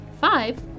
Five